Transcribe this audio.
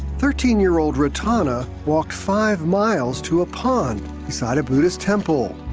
thirteen year old ratana walked five miles to a pond beside a buddhist temple.